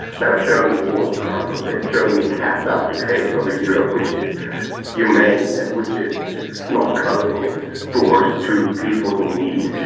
germany bore the brunt of it, germany kept up the face of a europe which is humane and which is not closing its doors to people in need.